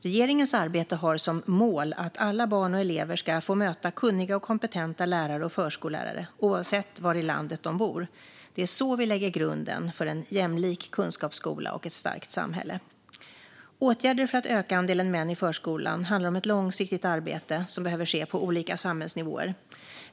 Regeringens arbete har som mål att alla barn och elever ska få möta kunniga och kompetenta lärare och förskollärare oavsett var i landet de bor. Det är så vi lägger grunden för en jämlik kunskapsskola och ett starkt samhälle. Åtgärder för att öka andelen män i förskolan handlar om ett långsiktigt arbete som behöver ske på olika samhällsnivåer.